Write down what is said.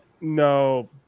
no